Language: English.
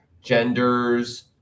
genders